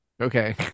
Okay